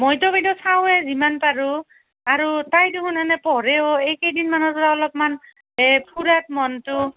মইতো বাইদেউ চাওঁৱেই যিমান পাৰোঁ আৰু তাই দেখোন এনেই পঢ়েও এই কেইদিনমানৰ পৰা অলপমান ফুৰাত মনটো